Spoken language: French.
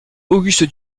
auguste